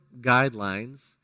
guidelines